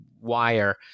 wire